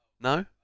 No